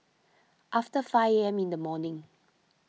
after five A M in the morning